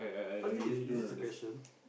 what's this is this the question